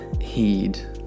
heed